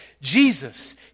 Jesus